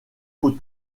aux